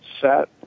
set